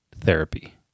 therapy